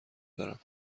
برم